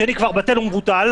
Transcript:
וכל השאר הוא נלווה וטפל,